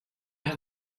have